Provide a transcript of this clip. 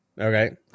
Okay